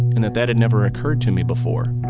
and that that had never occurred to me before